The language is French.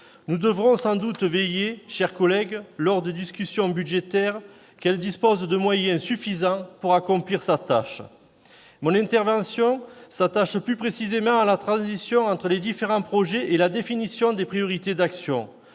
Nous devrons sans doute veiller, chers collègues, lors des discussions budgétaires, à ce qu'elle dispose de moyens suffisants pour accomplir sa tâche. Mon intervention s'attachera plus précisément à la transition entre les différents projets et la définition des priorités d'action.